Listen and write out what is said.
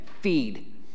feed